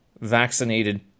vaccinated